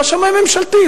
הוא השמאי הממשלתי,